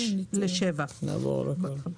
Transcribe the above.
17:00 ל-7:00.